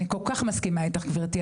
אני כל כך מסכימה איתך גברתי,